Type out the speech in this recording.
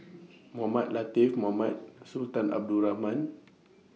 Mohamed Latiff Mohamed Sultan Abdul Rahman